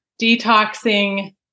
detoxing